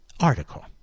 article